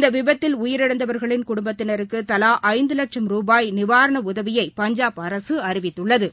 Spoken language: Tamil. இந்த விபத்தில் உயிரிழந்தவர்களின் குடும்பத்தினருக்கு தலா ஐந்து வட்சும் ரூபாய் நிவாரண உதவியை பஞ்சாப் அரசு அறிவித்துள்ளது